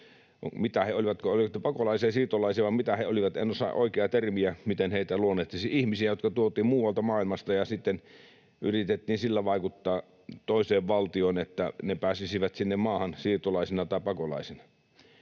olivat, olivatko he pakolaisia, siirtolaisia vai mitä he olivat, en osaa oikeaa termiä, miten heitä luonnehtisi — ihmisiä, jotka tuotiin muualta maailmasta ja sitten yritettiin sillä vaikuttaa toiseen valtioon, että ne pääsisivät sinne maahan siirtolaisina tai pakolaisina.